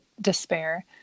despair